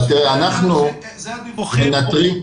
אלה הדיווחים.